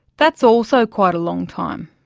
that's also quite a long time.